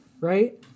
right